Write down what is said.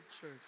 church